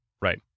Right